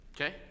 Okay